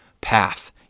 path